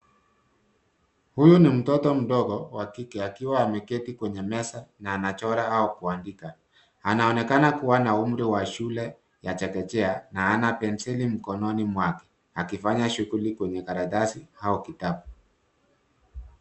Huyu ni mtoto mdogo wa kike akiwa ameketi kwenye meza na anachora au kuandika. Anaonekana kuwa na umri wa shule ya chekechea na ana penseli mikononi mwake akifanya shughuli kwenye karatasi au kitabu.